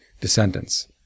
descendants